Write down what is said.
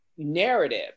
narrative